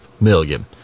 million